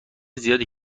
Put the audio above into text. زیادی